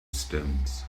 stones